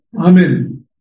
Amen